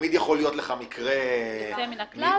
תמיד יכול להיות מקרה יוצא מן הכלל,